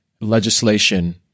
legislation